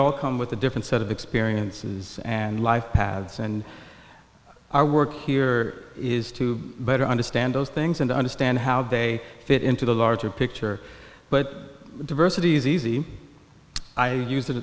all come with a different set of experiences and life paths and our work here is to better understand those things and understand how they fit into the larger picture but diversity is easy i use